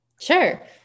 Sure